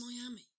Miami